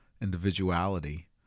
individuality